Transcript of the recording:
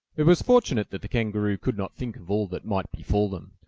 it was fortunate that the kangaroo could not think of all that might befall them,